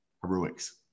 Heroics